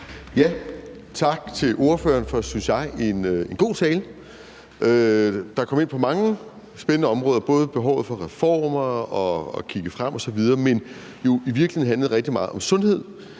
Tak til ordføreren for en – synes jeg – god tale, der kom ind på mange spændende områder, både behovet for reformer og at kigge frem osv., men som jo i virkeligheden også handlede rigtig meget om sundhed.